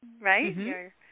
right